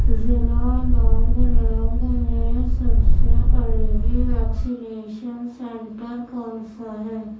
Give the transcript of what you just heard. ضلع لانگلینگ میں سب سے قریبی ویکسینیشن سینٹر کون سا ہے